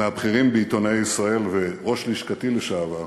מהבכירים בעיתונאי ישראל וראש לשכתי לשעבר,